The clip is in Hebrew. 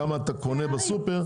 בכמה אתה קונה בסופר,